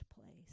place